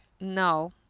No